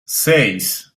seis